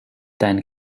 dein